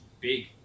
big